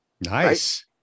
Nice